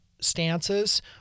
stances